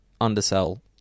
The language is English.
undersell